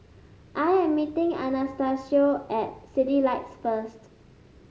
I am meeting Anastacio at Citylights first